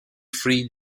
free